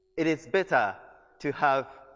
it is better to have